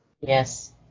Yes